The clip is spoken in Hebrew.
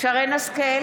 שרן מרים